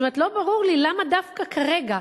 זאת אומרת, לא ברור לי למה דווקא כרגע,